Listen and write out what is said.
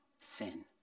sin